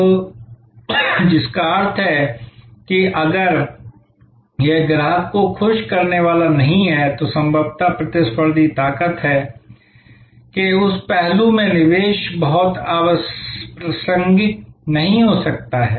तो जिसका अर्थ है कि अगर यह ग्राहक को खुश करने वाला नहीं है तो संभवतः प्रतिस्पर्धी ताकत के उस पहलू में निवेश बहुत प्रासंगिक नहीं हो सकता है